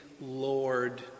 Lord